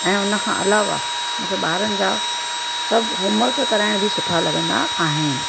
ऐं उनखां अलावा मूंखे ॿारनि जा सभु होमवर्क कराइणु बि सुठो लॻंदा आहिनि